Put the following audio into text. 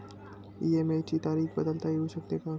EMI ची तारीख बदलता येऊ शकते का?